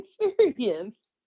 experience